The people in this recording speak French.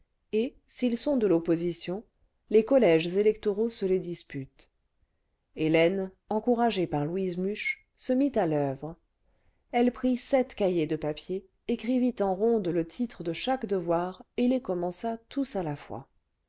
et s'ils sont de l'opposition les collèges électoraux se les disputent hélène encouragée jiar louise muche se mit à l'oeuvre elle prit sept cahiers de papier écrivit en ronde le titre cle chaque devoir et les commença tous à la fois